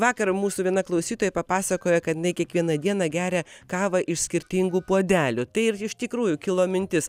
vakar mūsų viena klausytoja papasakojo kad jinai kiekvieną dieną geria kavą iš skirtingų puodelių tai ir iš tikrųjų kilo mintis